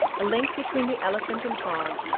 a link between the elephant and hog,